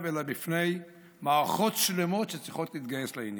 אלא בפני מערכות שלמות שצריכות להתגייס לעניין.